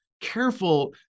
careful